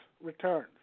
returns